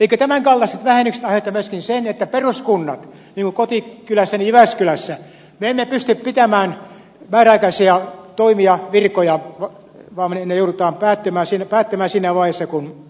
eivätkö tämän kaltaiset vähennykset aiheuta myöskin sitä että peruskunnat niin kuin kotikylässäni jyväskylässä eivät pysty pitämään määräaikaisia toimia virkoja vaan ne joudutaan päättämään siinä vaiheessa kun